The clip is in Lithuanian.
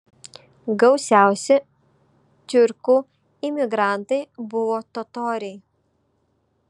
gausiausi tiurkų imigrantai buvo totoriai